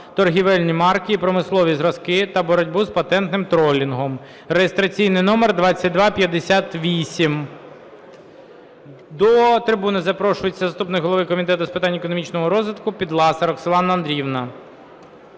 торговельні марки і промислові зразки та боротьби з патентним тролінгом (реєстраційний номер 2258). До трибуни запрошується заступник голови Комітету з питань економічного розвитку Підласа Роксолана Андріївна.